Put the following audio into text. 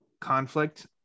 conflict